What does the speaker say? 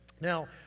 now